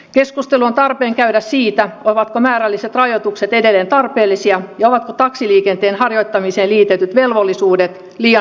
keskustelua on tarpeen käydä siitä ovatko määrälliset rajoitukset edelleen tarpeellisia ja ovatko taksiliikenteen harjoittamiseen liitetyt velvollisuudet liian raskaita